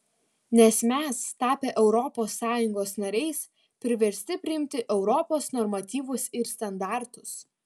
nes mes tapę europos sąjungos nariais priversti priimti europos normatyvus ir standartus